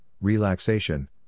relaxation